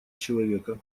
человека